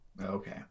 Okay